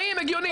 האם הגיוני,